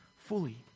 fully